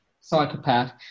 psychopath